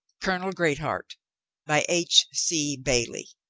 colonel greatheart by h. c. bailey